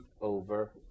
over